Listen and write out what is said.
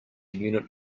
unit